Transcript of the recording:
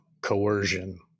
coercion